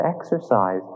exercise